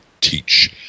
teach